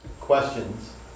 Questions